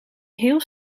heel